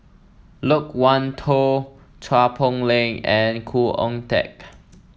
Loke Wan Tho Chua Poh Leng and Khoo Oon Teik